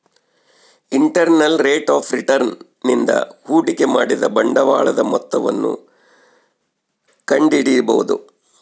internal rate of return ನಿಂದ ಹೂಡಿಕೆ ಮಾಡಿದ ಬಂಡವಾಳದ ಮೊತ್ತವನ್ನು ಕಂಡಿಡಿಬೊದು